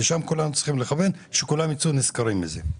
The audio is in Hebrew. לשם כולם צריכים לכוון כדי שכולם יצאו נשכרים מזה.